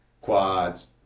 quads